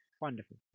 wonderful